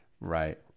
Right